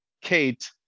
kate